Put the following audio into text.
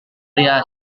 pria